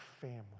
family